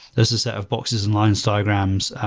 there's a set of boxes and lines, diagrams,